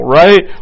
right